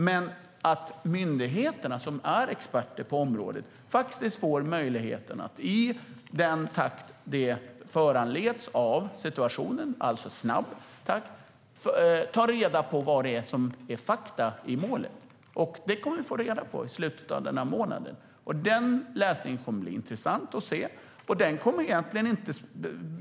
Men myndigheterna, som är experter på området, måste få möjlighet att i den takt som föranleds av situationen - alltså i snabb takt - ta reda på vad som är fakta i målet. Detta kommer vi att få reda på i slutet av denna månad. Denna läsning kommer att bli intressant.